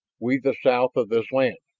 we the south of this land.